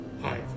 hi